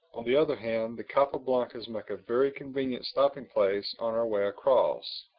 on the other hand, the capa blancas make a very convenient stopping place on our way across.